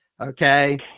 okay